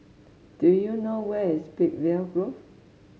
do you know where is Peakville Grove